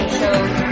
shows